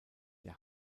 der